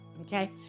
okay